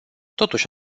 totuși